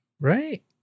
Right